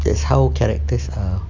that's how characters are